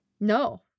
No